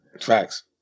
Facts